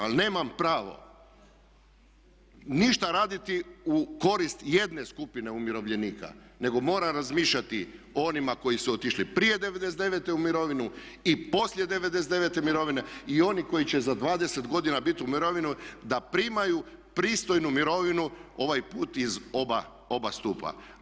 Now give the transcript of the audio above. Ali nemam pravo ništa raditi u korist jedne skupine umirovljenika nego moram razmišljati o onima koji su otišli prije '99. u mirovinu i poslije '99. u mirovinu i oni koji će za 20 godina biti u mirovini da primaju pristojnu mirovinu, ovaj put iz oba stupa.